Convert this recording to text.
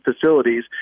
facilities